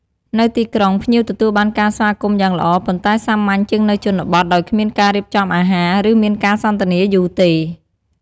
នៅទីក្រុង ភ្ញៀវទទួលបានការស្វាគមន៍យ៉ាងល្អ ប៉ុន្តែសាមញ្ញជាងនៅជនបទ ដោយគ្មានការរៀបចំអាហារ ឬមានការសន្ទនាយូរទេ។